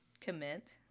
commit